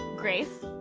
grace,